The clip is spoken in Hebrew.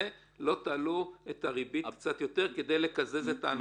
לא תעלו את הריבית קצת יותר כדי לקזז את ההנחה הזאת?